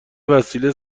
وسیله